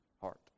heart